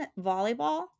volleyball